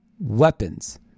weapons